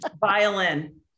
Violin